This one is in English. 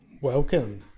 welcome